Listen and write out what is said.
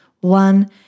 one